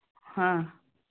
हाँ